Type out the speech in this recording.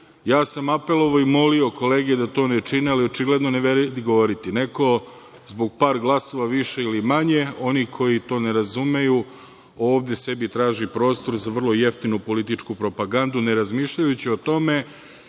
ja sam apelovao i molio kolege da to ne čine, ali očigledno ne vredi govoriti. Neko zbog par glasova više ili manje, oni koji to ne razumeju, ovde sebi traži prostor za vrlo jeftinu političku propagandu, ne razmišljajući o tome